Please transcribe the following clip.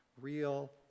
real